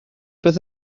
beth